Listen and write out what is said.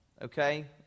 okay